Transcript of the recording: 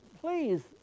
please